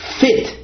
fit